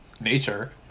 nature